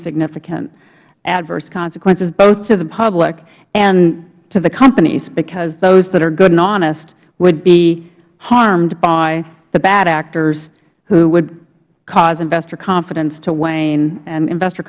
significant adverse consequences both to the public and to the companies because those that are good and honest would be harmed by the bad actors who would cause investor confidence to wane and investor